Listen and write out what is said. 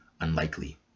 unlikely